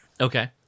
Okay